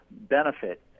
benefit